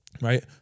right